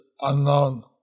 unknown